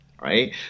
right